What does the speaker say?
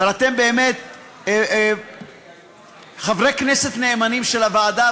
אבל אתם באמת חברי כנסת נאמנים של הוועדה,